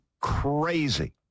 crazy